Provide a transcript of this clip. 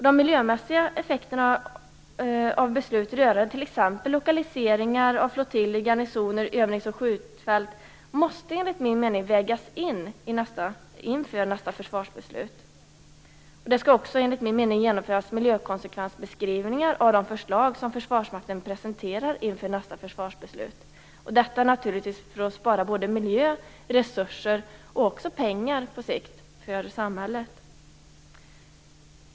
De miljömässiga effekterna av beslut rörande t.ex. lokaliseringar av flottiljer, garnisoner, övnings och skjutfält måste enligt min mening vägas in inför nästa försvarsbeslut. Det skall också, enligt min mening, genomföras miljökonsekvensbeskrivningar av de förslag som Försvarsmakten presenterar inför nästa försvarsbeslut. Syftet är naturligtvis att spara miljö, resurser och på sikt också pengar för samhället.